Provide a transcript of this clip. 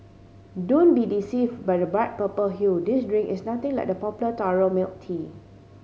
don't be deceive by the bright purple hue this drink is nothing like the popular taro milk tea